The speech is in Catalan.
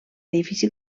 edifici